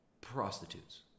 Prostitutes